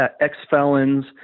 ex-felons